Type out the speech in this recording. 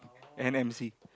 M_N_C